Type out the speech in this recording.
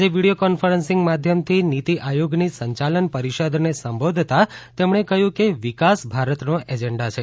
આજે video conferencing માધ્યમથી નીતી આયોગની સંયાલન પરીષદને સંબોધતા તેમણે કહયું કે વિકાસ ભારતનો એજન્ડા છે